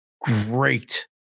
great